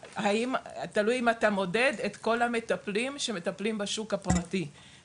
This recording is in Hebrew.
תלוי אם אתה מודד את כל המטפלים שמטפלים בשוק הפרטי.